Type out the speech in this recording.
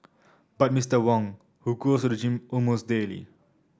but Mister Wong who goes to the gym almost daily